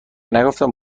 نگفتم